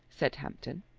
said hampton,